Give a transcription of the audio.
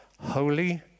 holy